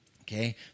okay